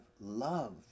love